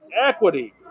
equity